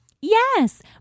Yes